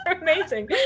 Amazing